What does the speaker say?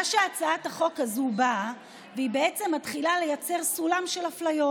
הצעת החוק הזאת באה והיא בעצם מתחילה לייצר סולם של אפליות.